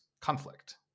conflict